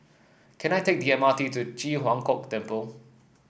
can I take the M R T to Ji Huang Kok Temple